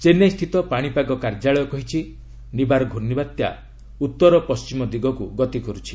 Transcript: ଚେନ୍ନାଇସ୍ଥିତ ପାଣିପାଗ କାର୍ଯ୍ୟାଳୟ କହିଛି ନିବାର ଘର୍ଷିବାତ୍ୟା ଉତ୍ତର ପଣ୍ଟିମ ଦିଗକୁ ଗତିକରୁଛି